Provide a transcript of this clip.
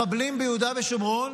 מחבלים ביהודה ושומרון